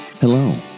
Hello